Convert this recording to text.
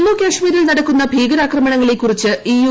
ജമ്മു കശ്മീരിൽ നടക്കുന്ന ഭീകരാക്രമണങ്ങളെക്കുറിച്ച്ഇ യു